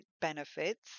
benefits